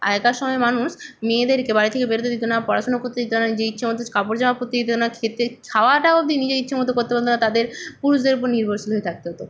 আগেকার সময়ের মানুষ মেয়েদেরকে বাড়ি থেকে বেরোতে দিত না পড়াশুনো করতে দিত না নিজের ইচ্ছে মতো স কাপড় জামা পরতে দিত না খেতে খাওয়াটাও অবধি নিজের ইচ্ছে মতো করতে পারত না তাদের পুরুষদের ওপর নির্ভরশীল হয়ে থাকতে হতো